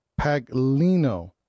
Paglino